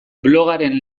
blogaren